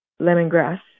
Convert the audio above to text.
Lemongrass